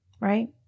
right